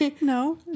no